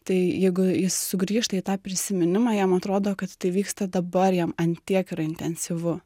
tai jeigu jis sugrįžta į tą prisiminimą jam atrodo kad tai vyksta dabar jam ant tiek yra intensyvu